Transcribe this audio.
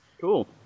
Cool